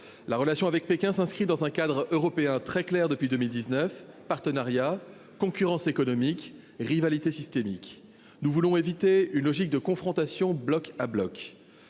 La relation avec Pékin s'inscrit dans un cadre européen très clair depuis 2019 : partenariat, concurrence économique et rivalité systémique. Nous voulons éviter une logique de confrontation bloc contre bloc.